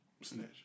snitch